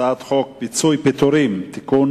הצעת חוק פיצויי פיטורים (תיקון,